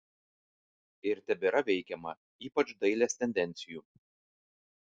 ir tebėra veikiama ypač dailės tendencijų